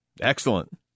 Excellent